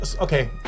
okay